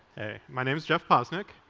my name is jeff posnick.